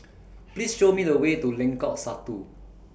Please Show Me The Way to Lengkong Satu